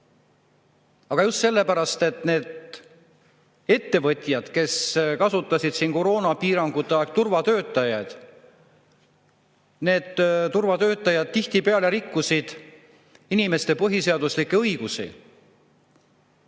Aga just sellepärast, et kui ettevõtjad kasutasid koroonapiirangute ajal turvatöötajaid, siis need turvatöötajad tihtipeale rikkusid inimeste põhiseaduslikke õigusi,